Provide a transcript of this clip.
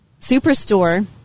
Superstore